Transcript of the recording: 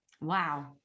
wow